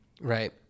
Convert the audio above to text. Right